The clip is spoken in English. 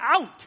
out